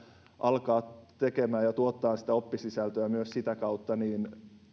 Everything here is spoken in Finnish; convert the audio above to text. alkaa tehdä ja tuottaa sitä oppisisältöä myös sitä kautta